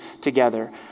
together